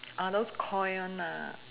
are those koi one nah